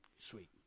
sweet